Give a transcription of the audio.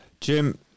Jim